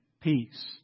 peace